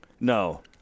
No